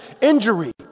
injury